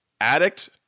addict